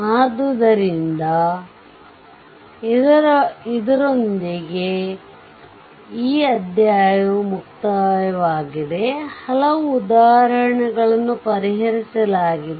ಆದ್ದರಿಂದ ಇದರೊಂದಿಗೆ ಈ ಅಧ್ಯಾಯವು ಮುಕ್ತಾಯವಾಗಿದೆ ಹಲವು ಉದಾಹರಣೆಗಳನ್ನು ಪರಿಹರಿಸಲಾಗಿದೆ